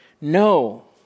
No